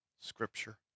scripture